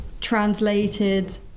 translated